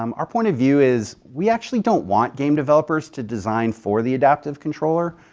um our point of view is we actually don't want game developers to design for the adaptive controller.